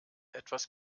etwas